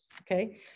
okay